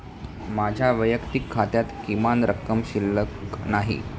माझ्या वैयक्तिक खात्यात किमान रक्कम शिल्लक नाही